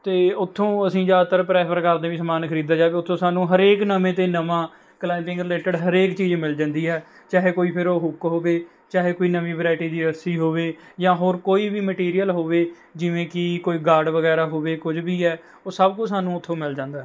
ਅਤੇ ਉੱਥੋਂ ਅਸੀਂ ਜ਼ਿਆਦਾਤਰ ਪ੍ਰੈਫਰ ਕਰਦੇ ਹਾਂ ਵੀ ਸਮਾਨ ਖਰੀਦਿਆ ਜਾਵੇ ਉੱਥੋਂ ਸਾਨੂੰ ਹਰੇਕ ਨਵੇਂ ਤੋਂ ਨਵਾਂ ਕਲਾਈਮਬਿੰਗ ਰਿਲੇਟਿਡ ਹਰੇਕ ਚੀਜ਼ ਮਿਲ ਜਾਂਦੀ ਹੈ ਚਾਹੇ ਕੋਈ ਫੇਰ ਉਹ ਹੁੱਕ ਹੋਵੇ ਚਾਹੇ ਕੋਈ ਨਵੀਂ ਵਰਾਇਟੀ ਦੀ ਰੱਸੀ ਹੋਵੇ ਜਾਂ ਹੋਰ ਕੋਈ ਵੀ ਮੈਟੀਰੀਅਲ ਹੋਵੇ ਜਿਵੇਂ ਕਿ ਕੋਈ ਗਾਅਰਡ ਵਗੈਰਾ ਹੋਵੇ ਕੁਝ ਵੀ ਹੈ ਉਹ ਸਭ ਕੁਝ ਸਾਨੂੰ ਉੱਥੋਂ ਮਿਲ ਜਾਂਦਾ